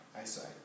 eyesight